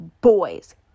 Boys